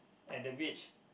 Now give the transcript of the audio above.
at the beach